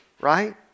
right